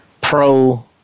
pro